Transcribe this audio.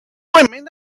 remain